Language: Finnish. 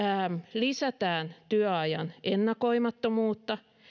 lisätään työajan ennakoimattomuutta